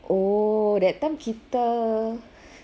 oh that time kita